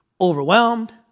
overwhelmed